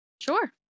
Sure